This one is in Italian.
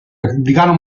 repubblicano